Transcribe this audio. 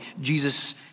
Jesus